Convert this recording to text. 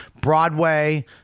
Broadway